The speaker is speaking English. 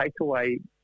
takeaway